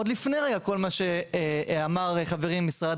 עוד לפני רגע כל מה שאמר חברי ממשרד